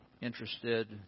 Interested